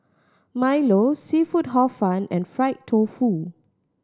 milo seafood Hor Fun and fried tofu